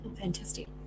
Fantastic